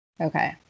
Okay